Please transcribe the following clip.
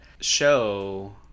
show